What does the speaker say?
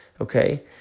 okay